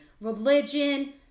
religion